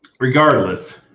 Regardless